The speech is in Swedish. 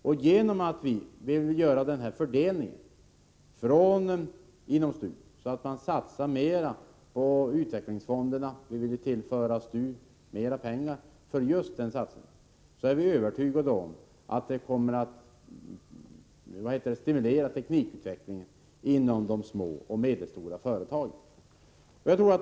Om man inom STU fördelar mer pengar till utvecklingsfonderna — vi vill ju tillföra STU mer pengar för just denna satsning — är vi övertygade om att detta kommer att stimulera teknikutvecklingen inom de små och medelstora företagen.